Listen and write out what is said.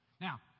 Now